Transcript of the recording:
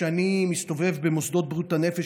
כשאני מסתובב במוסדות בריאות הנפש,